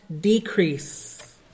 decrease